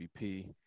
MVP